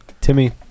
Timmy